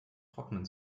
trocknen